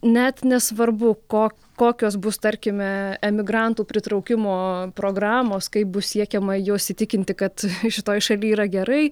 net nesvarbu ko kokios bus tarkime emigrantų pritraukimo programos kaip bus siekiama juos įtikinti kad šitoj šaly yra gerai